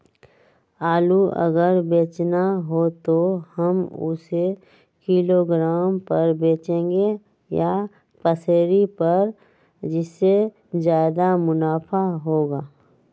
आलू अगर बेचना हो तो हम उससे किलोग्राम पर बचेंगे या पसेरी पर जिससे ज्यादा मुनाफा होगा?